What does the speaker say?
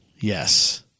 Yes